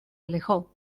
alejó